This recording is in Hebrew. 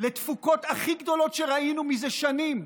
לתפוקות הכי גדולות שראינו זה שנים,